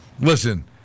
listen